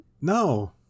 No